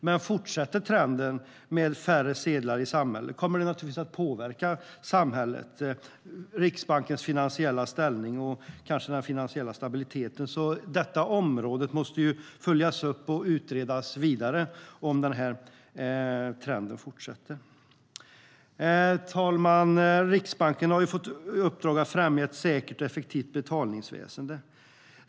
Men fortsätter trenden med färre sedlar i samhället kommer det att påverka samhället, Riksbankens finansiella ställning och kanske den finansiella stabiliteten. Detta område måste följas upp och utredas vidare om trenden fortsätter. Herr talman! Riksbanken har fått i uppdrag att främja ett säkert och effektivt betalningsväsen.